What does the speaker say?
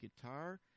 Guitar